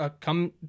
come